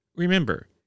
Remember